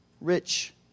rich